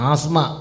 Asma